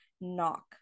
knock